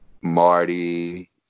Marty